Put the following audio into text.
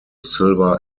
silver